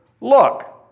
look